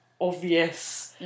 obvious